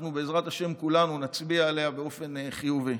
אנחנו בעזרת השם כולנו נצביע עליה באופן חיובי.